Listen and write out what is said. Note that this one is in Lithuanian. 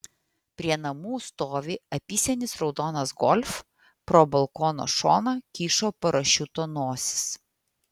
prie namų stovi apysenis raudonas golf pro balkono šoną kyšo parašiuto nosis